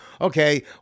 Okay